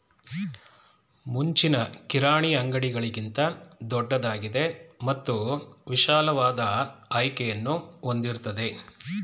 ಮುಂಚಿನ ಕಿರಾಣಿ ಅಂಗಡಿಗಳಿಗಿಂತ ದೊಡ್ದಾಗಿದೆ ಮತ್ತು ವಿಶಾಲವಾದ ಆಯ್ಕೆಯನ್ನು ಹೊಂದಿರ್ತದೆ